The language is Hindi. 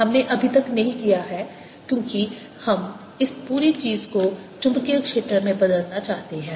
हमने अभी तक नहीं किया है क्योंकि हम इस पूरी चीज़ को चुंबकीय क्षेत्र में बदलना चाहते हैं